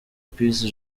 peace